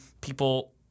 people